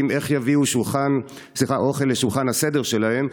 איך יביאו אוכל לשולחן הסדר שלהם,